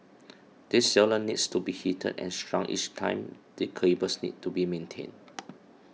this sealant needs to be heated and shrunk each time the cables need to be maintained